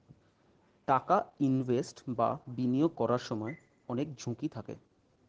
টাকা ইনভেস্ট বা বিনিয়োগ করার সময় অনেক ঝুঁকি থাকে